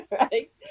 right